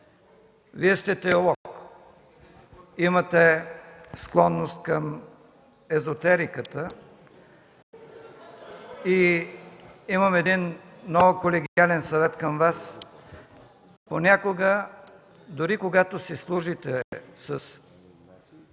Вие сте теолог, със склонност към езотериката и имам един много колегиален съвет към Вас. Дори когато си служите със